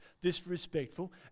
disrespectful